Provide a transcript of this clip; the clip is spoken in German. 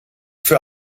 für